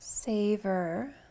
Savor